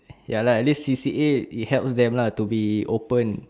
ya lah this C_C_A it helps them lah to be open